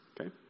Okay